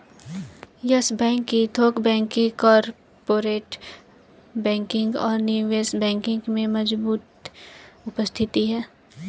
yes Bank की थोक banking, corporate banking और निवेश बैंकिंग में मजबूत उपस्थिति है